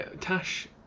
Tash